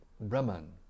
Brahman